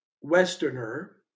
Westerner